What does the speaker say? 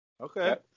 Okay